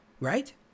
right